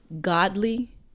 godly